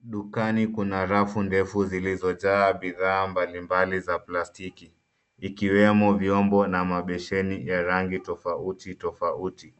Dukani kuna rafu ndefu zilizojaa bidhaa mbalimbali za plastiki. Ikiwemo vyombo na mabesheni ya rangi tofauti tofauti.